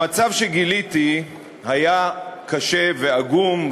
המצב שגיליתי היה קשה ועגום,